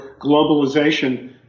globalization